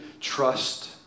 Trust